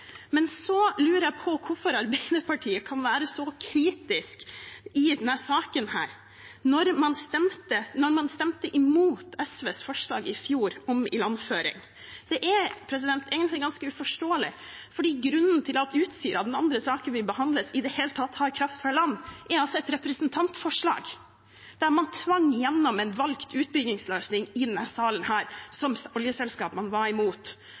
Så lurer jeg på hvorfor Arbeiderpartiet er så kritisk i denne saken når man i fjor stemte imot SVs forslag om ilandføring. Det er egentlig ganske uforståelig, for grunnen til at Utsira, den andre saken vi behandler, i det hele tatt har kraft fra land, er et representantforslag der man i denne salen tvang igjennom en valgt utbyggingsløsning som oljeselskapene var imot. Det ønsket man ikke å gå inn for på Castberg, man stemte imot